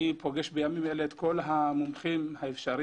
אני פוגש בימים אלה את כל המומחים האפשריים.